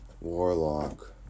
Warlock